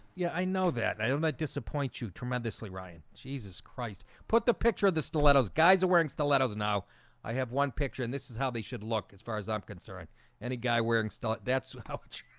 yeah, i know that i don't let disappoint you tremendously ryan jesus christ put the picture of the stilettos guys are wearing stilettos now i have one picture and this is how they should look as far as i'm concerned any guy wearing still that's how much?